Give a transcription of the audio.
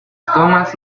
thomas